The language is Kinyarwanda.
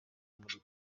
muli